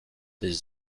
des